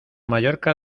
mallorca